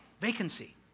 vacancy